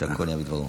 שהכול נהיה בדברו.